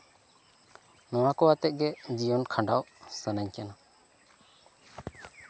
ᱱᱚᱣᱟ ᱠᱚ ᱟᱛᱮᱜ ᱜᱮ ᱡᱤᱭᱚᱱ ᱠᱷᱟᱱᱰᱟᱣ ᱥᱟᱱᱟᱧ ᱠᱟᱱᱟ